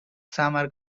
summer